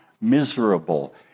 miserable